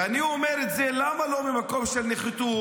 ואני אומר את זה לא ממקום של נחיתות,